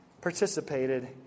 participated